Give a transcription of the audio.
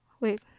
wait